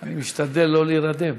אני משתדל שלא להירדם.